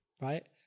right